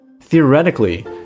Theoretically